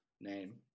name